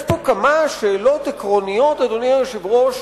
יש פה כמה שאלות עקרוניות, דיברת על זה, מאה אחוז.